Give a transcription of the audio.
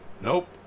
Nope